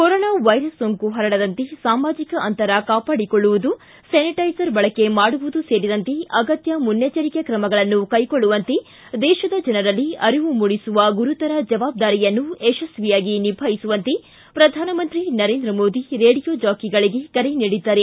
corona virus ಸೋಂಕು ಹರಡದಂತೆ ಸಾಮಾಜಕ ಅಂತರ ಕಾಪಾಡಿಕೊಳ್ಳುವುದು ಸ್ನಾನಿಟ್ಟೆಜರ್ ಬಳಕೆ ಮಾಡುವುದು ಸೇರಿದಂತೆ ಅಗತ್ತ ಮುನ್ನೆಚ್ಚರಿಕೆ ತ್ರಮಗಳನ್ನು ಕೈಗೊಳ್ಳುವಂತೆ ದೇಶದ ಜನರಲ್ಲಿ ಅರಿವು ಮೂಡಿಸುವ ಗುರುತರ ಜವಾಬ್ದಾರಿಯನ್ನು ಯಶಸ್ವಿಯಾಗಿ ನಿಭಾಯಿಸುವಂತೆ ಪ್ರಧಾನಮಂತ್ರಿ ನರೇಂದ್ರ ಮೋದಿ ರೇಡಿಯೋ ಜಾಕಿಗಳಿಗೆ ಕರೆ ನೀಡಿದ್ದಾರೆ